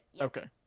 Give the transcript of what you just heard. Okay